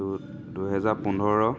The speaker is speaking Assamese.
দুহেজাৰ পোন্ধৰ